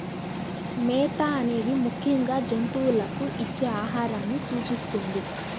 మేత అనేది ముఖ్యంగా జంతువులకు ఇచ్చే ఆహారాన్ని సూచిస్తుంది